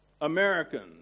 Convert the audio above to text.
Americans